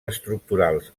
estructurals